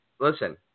listen